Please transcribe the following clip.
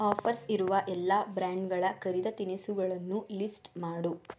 offers ಇರುವ ಎಲ್ಲ ಬ್ರ್ಯಾಂಡ್ಗಳ ಕರೆದ ತಿನಿಸುಗಳನ್ನೂ ಲಿಸ್ಟ್ ಮಾಡು